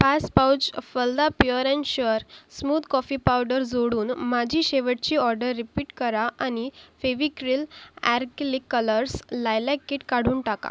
पाच पाउच फलदा pure and sure smooth coffee powder जोडून माझी शेवटची ऑर्डर रिपीट करा आणि Fevicryl acrylic colours lilac kit काढून टाका